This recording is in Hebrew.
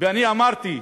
ואני אמרתי,